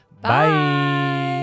Bye